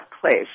place